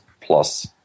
plus